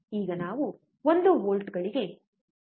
ಈಗ ನಾವು 1 ವೋಲ್ಟ್ಗಳಿಗೆ ಹೆಚ್ಚಿಸೋಣ